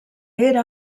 era